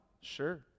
sure